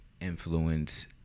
influence